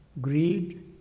greed